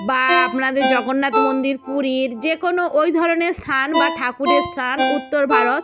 বা আপনাদের জগন্নাথ মন্দির পুরীর যে কোনো ওই ধরনের স্থান বা ঠাকুরের স্থান উত্তর ভারত